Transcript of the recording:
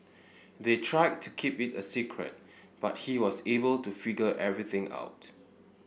they tried to keep it a secret but he was able to figure everything out